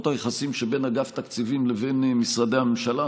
היחסים שבין אגף תקציבים לבין משרדי הממשלה.